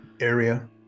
area